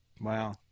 Wow